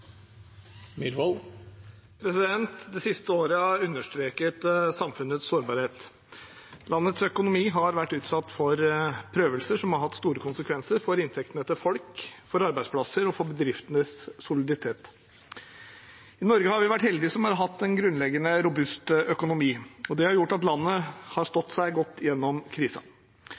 Det siste året har understreket samfunnets sårbarhet. Landets økonomi har vært utsatt for prøvelser som har hatt store konsekvenser for inntektene til folk, for arbeidsplasser og for bedriftenes soliditet. I Norge har vi vært heldige som har hatt en grunnleggende robust økonomi. Det har gjort at landet har stått seg godt gjennom